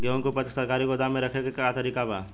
गेहूँ के ऊपज के सरकारी गोदाम मे रखे के का तरीका बा?